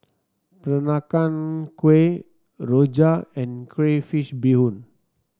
Peranakan Kueh rojak and Crayfish Beehoon